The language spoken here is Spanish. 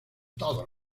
todos